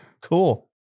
Cool